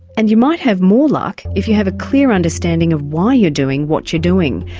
and you might have more luck if you have a clear understanding of why you're doing what you're doing.